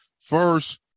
First